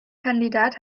kandidat